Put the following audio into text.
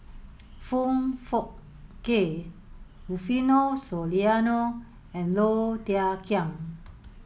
Foong Fook Kay Rufino Soliano and Low Thia Khiang